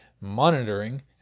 monitoring